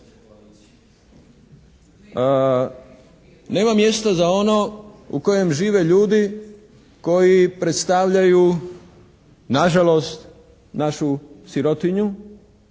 Nema mjesta za ono u kojem žive ljudi koji predstavljaju na žalost, našu sirotinju